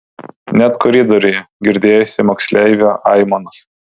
net koridoriuje girdėjosi moksleivio aimanos